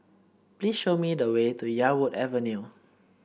please show me the way to Yarwood Avenue